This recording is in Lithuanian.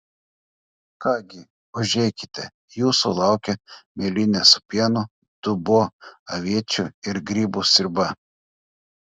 ką gi užeikite jūsų laukia mėlynės su pienu dubuo aviečių ir grybų sriuba